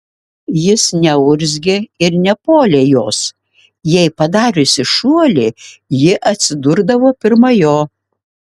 jis neurzgė ir nepuolė jos jei padariusi šuolį ji atsidurdavo pirma jo